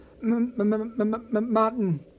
Martin